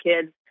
kids